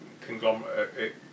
conglomerate